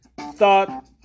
thought